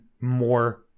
more